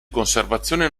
conservazione